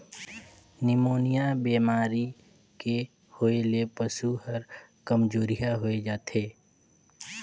pneumonia बेमारी के होय ले पसु हर कामजोरिहा होय जाथे